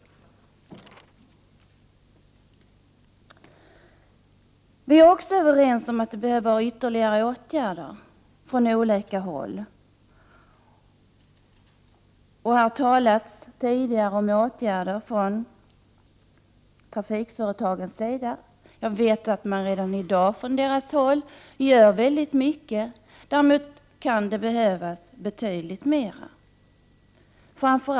Vi är också överens om att det behövs ytterligare åtgärder från olika håll. Det har här tidigare talats om åtgärder från trafikföretagen. Jag vet att man från deras sida i dag redan gör väldigt mycket, men det behövs betydligt fler åtgärder.